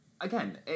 Again